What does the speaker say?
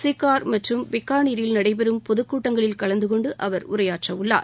சிக்கார் மற்றும் பிக்காளிரீல் நடைபெறும் பொதுக் கூட்டங்களில் கலந்து கொண்டு அவர் உரையாற்றவுள்ளார்